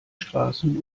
straßen